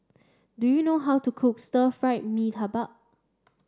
do you know how to cook stir fry Mee Tai Bak